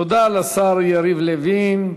תודה לשר יריב לוין.